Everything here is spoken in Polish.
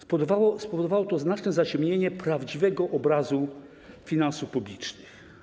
Spowodowało to znaczne zaciemnienie prawdziwego obrazu finansów publicznych.